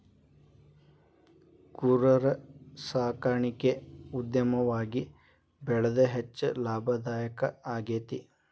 ಕುರರ ಸಾಕಾಣಿಕೆ ಉದ್ಯಮವಾಗಿ ಬೆಳದು ಹೆಚ್ಚ ಲಾಭದಾಯಕಾ ಆಗೇತಿ